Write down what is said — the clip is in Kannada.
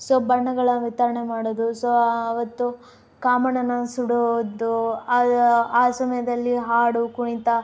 ಸೊ ಬಣ್ಣಗಳನ್ನ ವಿತರಣೆ ಮಾಡೋದು ಸೊ ಆವತ್ತು ಕಾಮಣ್ಣನ ಸುಡೋದು ಆ ಸಮಯದಲ್ಲಿ ಹಾಡು ಕುಣಿತ